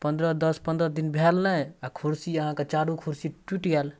पनरह दस पनरह दिन भेल नहि आओर कुरसी अहाँके चारू कुरसी टुटि गेल